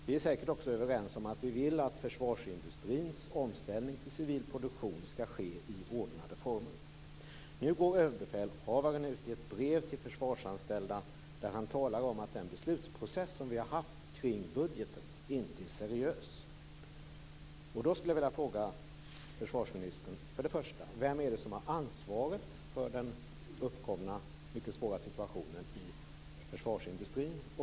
Vi är säkert också överens om att vi vill att försvarsindustrins omställning till civil produktion skall ske i ordnade former. Nu går överbefälhavaren ut i ett brev till försvarsanställda och talar om att den beslutsprocess som vi har haft kring budgeten inte är seriös. Då skulle jag vilja fråga försvarsministern, för det första: Vem har ansvaret för den uppkomna mycket svåra situationen i försvarsindustrin?